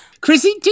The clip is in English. Chrissy